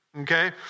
Okay